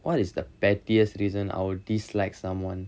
what is the pettiest reason I will dislike someone